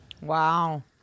Wow